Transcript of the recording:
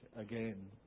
again